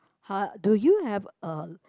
heart do you have a